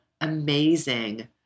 amazing